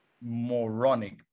moronic